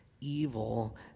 Evil